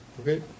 Okay